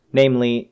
namely